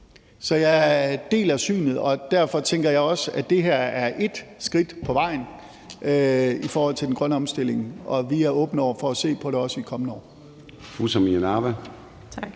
Så jeg deler synet på det, og derfor tænker jeg også, at det her er et skridt på vejen i forhold til den grønne omstilling, og vi er åbne over for at se på det også i de kommende år.